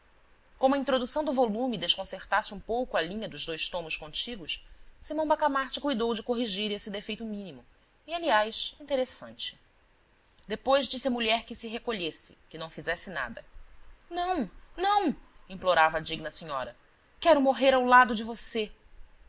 como a introdução do volume desconsertasse um pouco a linha dos dois tomos contíguos simão bacamarte cuidou de corrigir esse defeito mínimo e aliás interessante depois disse à mulher que se recolhesse que não fizesse nada não não implorava a digna senhora quero morrer ao lado de você